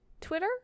twitter